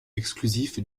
exclusif